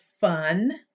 fun